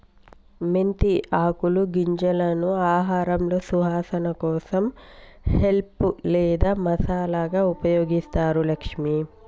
మెంతి ఆకులు గింజలను ఆహారంలో సువాసన కోసం హెల్ప్ లేదా మసాలాగా ఉపయోగిస్తారు లక్ష్మి